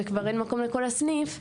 וכבר אין מקום לכל הסניף.